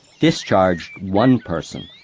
discharged one person.